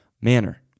manner